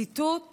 ציטוט